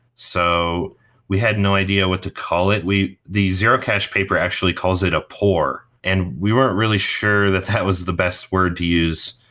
so we had no idea what to call it. the zero cash paper actually calls it a pore, and we weren't really sure that that was the best word to use.